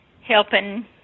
helping